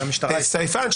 סייפן,